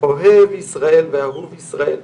אוהב ישראל ואהוב ישראל,